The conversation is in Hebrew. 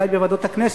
אולי בוועדות הכנסת,